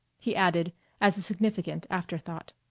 he added as a significant afterthought.